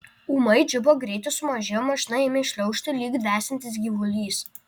ūmai džipo greitis sumažėjo mašina ėmė šliaužti lyg dvesiantis gyvulys